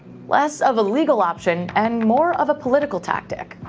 less of a legal option and more of a political tactic.